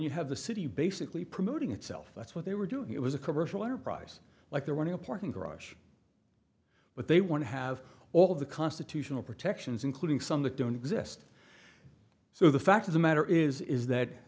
you have the city basically promoting itself that's what they were doing it was a commercial enterprise like the one in a parking garage but they want to have all of the constitutional protections including some that don't exist so the fact of the matter is is that